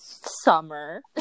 Summer